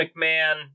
McMahon